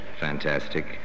fantastic